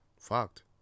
fucked